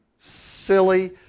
Silly